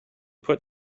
put